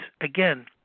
again